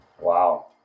Wow